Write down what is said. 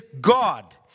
God